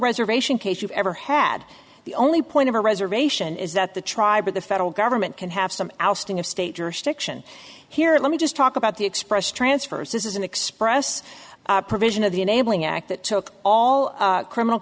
reservation case you've ever had the only point of a reservation is that the tribe or the federal government can have some ousting of state jurisdiction here let me just talk about the express transfers this is an express provision of the enabling act that took all criminal